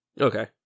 Okay